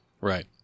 Right